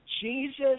Jesus